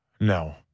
No